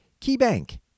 KeyBank